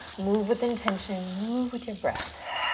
move with intention, move with your breath.